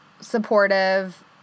supportive